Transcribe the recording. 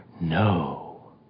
no